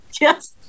Yes